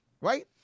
Right